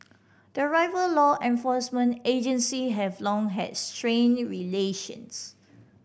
the rival law enforcement agency have long had strained relations